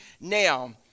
now